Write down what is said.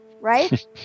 right